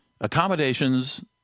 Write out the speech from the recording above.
accommodations